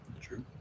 True